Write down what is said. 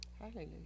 Hallelujah